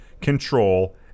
control